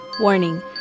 Warning